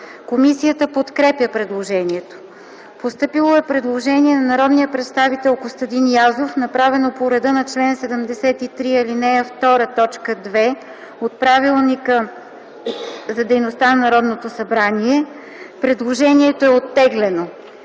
Комисията подкрепя предложението. Постъпило е предложение на народния представител Костадин Язов, направено по реда на чл. 73, ал. 2, т. 2 от Правилника за организацията и дейността на Народното събрание. Предложението е оттеглено.